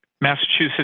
Massachusetts